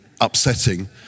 upsetting